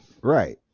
Right